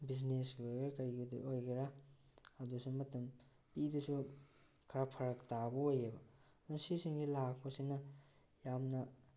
ꯕꯤꯖꯤꯅꯦꯁꯀꯤ ꯑꯣꯏꯒꯦꯔꯥ ꯀꯔꯤꯒꯤ ꯑꯣꯏꯒꯦꯔꯥ ꯑꯗꯨꯗꯁꯨ ꯃꯇꯝ ꯄꯤꯕꯁꯨ ꯈꯔ ꯐꯔꯛ ꯇꯥꯕ ꯑꯣꯏꯌꯦꯕ ꯃꯁꯤꯁꯤꯡꯁꯦ ꯂꯥꯛꯄꯁꯤꯅ ꯌꯥꯝꯅ